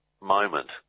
moment